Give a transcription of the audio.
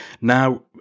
Now